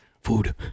food